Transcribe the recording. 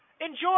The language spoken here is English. enjoy